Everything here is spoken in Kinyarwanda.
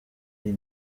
iyi